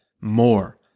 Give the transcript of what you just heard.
more